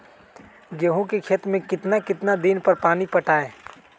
गेंहू के खेत मे कितना कितना दिन पर पानी पटाये?